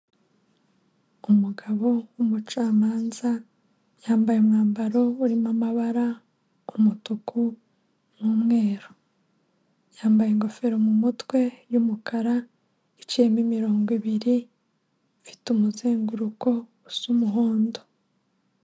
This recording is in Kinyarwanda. Umugabo w'umucamanza, yambaye umwambaro urimo amabara, umutuku, n'umweru. Yambaye ingofero mu mutwe y'umukara, iciyemo imirongo ibiri, ifite umuzenguruko usa umuhondo.